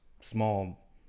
small